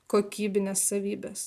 kokybines savybes